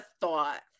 thought